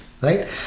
right